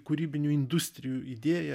kūrybinių industrijų įdėją